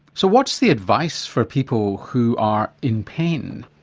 so what's the advice for people who are in pain?